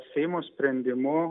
seimo sprendimu